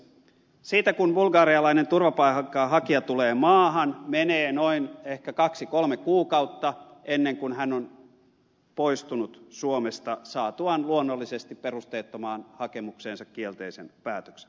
siitä kun bulgarialainen turvapaikanhakija tulee maahan menee ehkä noin kaksi kolme kuukautta ennen kuin hän on poistunut suomesta saatuaan luonnollisesti perusteettomaan hakemukseensa kielteisen päätöksen